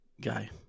guy